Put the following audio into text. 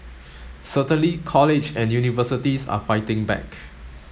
certainly college and universities are fighting back